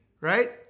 right